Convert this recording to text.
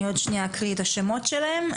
אני עוד שניה אקריא את השמות שלהם,